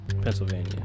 pennsylvania